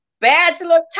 Bachelor